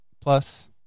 Plus